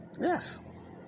Yes